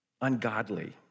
ungodly